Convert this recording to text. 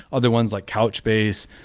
other ones, like couchbase,